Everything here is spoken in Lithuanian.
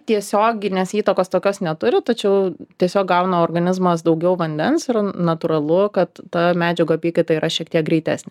tiesioginės įtakos tokios neturi tačiau tiesiog gauna organizmas daugiau vandens ir natūralu kad ta medžiagų apykaita yra šiek tiek greitesnė